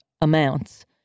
amounts